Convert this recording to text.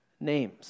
names